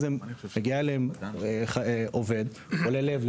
כי לדוגמה מגיע אליהם עובד, אדם חולה לב,